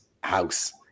house